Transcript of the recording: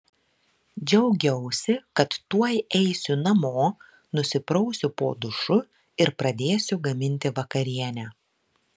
džiaugiausi kad tuoj eisiu namo nusiprausiu po dušu ir pradėsiu gaminti vakarienę